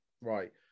right